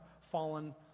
fallen